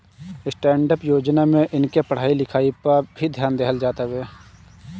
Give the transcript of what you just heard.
stand up Yojana में इनके पढ़ाई लिखाई पअ भी ध्यान देहल जात हवे